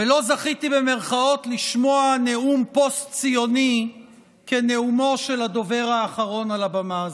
ולא "זכיתי" לשמוע נאום פוסט-ציוני כנאומו של הדובר האחרון על הבמה הזו,